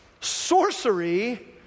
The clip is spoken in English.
sorcery